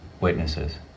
witnesses